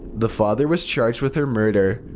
the father was charged with her murder,